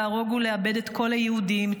להרוג ולאבד את כל היהודים,